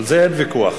על זה אין ויכוח.